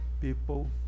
people